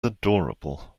adorable